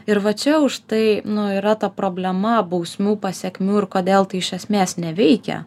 ir va čia už tai nu yra ta problema bausmių pasekmių ir kodėl tai iš esmės neveikia